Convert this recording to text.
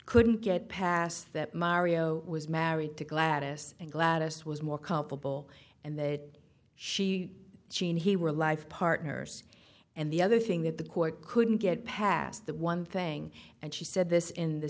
couldn't get past that mario was married to gladys and gladys was more culpable and they she jean he were life partners and the other thing that the court couldn't get past the one thing and she said this in the